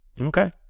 Okay